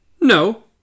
No